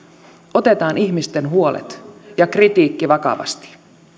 otetaan ihmisten huolet ja kritiikki vakavasti